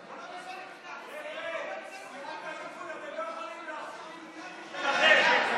סיעת הליכוד, אתם לא יכולים להכשיל מישהי משלכם.